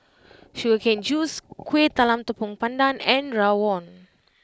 Sugar Cane Juice Kueh Talam Tepong Pandan and Rawon